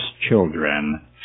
children